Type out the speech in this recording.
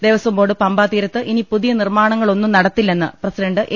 ദേവസ്ഥംബോർഡ് പമ്പാ തീരത്ത് ഇനി പുതിയ നിർമ്മാണങ്ങളൊന്നും നടത്തി ല്ലെന്ന് പ്രസിഡണ്ട് എ